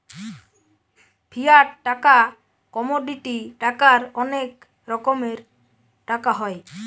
fiat টাকা, commodity টাকার অনেক রকমের টাকা হয়